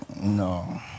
No